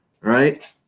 right